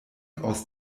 aus